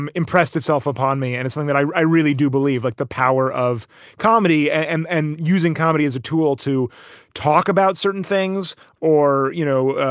um impressed itself upon me and its thing that i really do believe, like the power of comedy and and using comedy as a tool to talk about certain things or, you know,